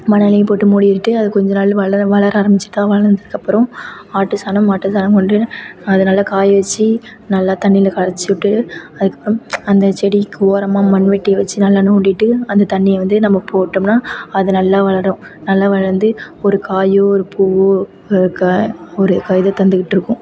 மணலையும் போட்டு மூடிட்டு அது கொஞ்சம் நாளில் வள வளர ஆரம்பிச்சிட்டா வளர்ந்ததுக்கப்புறம் ஆட்டு சாணம் மாட்டு சாணம் கொண்டு அதை நல்லா காய வச்சு நல்லா தண்ணியில் கரச்சிவிட்டு அதுக்கப்புறம் அந்த செடிக்கு ஓரமாக மண் வெட்டியை வச்சி நல்லா நோண்டிட்டு அந்த தண்ணியை வந்து நம்ம போட்டோம்னா அது நல்லா வளரும் நல்லா வளர்ந்து ஒரு காயோ ஒரு பூவோ க ஒரு க இதை தந்துட்டு இருக்கும்